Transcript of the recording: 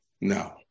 No